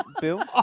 Bill